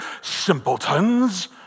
simpletons